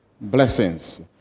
blessings